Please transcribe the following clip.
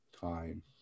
time